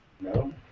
No